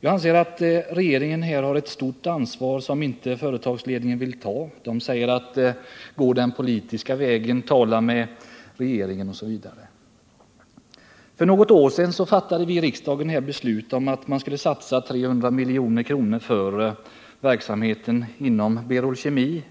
Jag anser att regeringen här har ett stort ansvar. Företagsledningen vill nämligen inte ta det ansvaret, utan man säger: Gå den politiska vägen, tala med regeringen. För något år sedan fattade vi här i riksdagen beslut om att satsa 300 milj.kr. på verksamheten inom Berol Kemi.